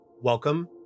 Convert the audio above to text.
Welcome